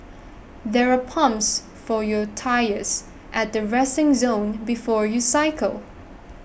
there are pumps for your tyres at the resting zone before you cycle